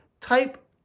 type